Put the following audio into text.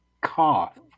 cough